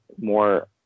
more